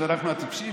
אז אנחנו הטיפשים?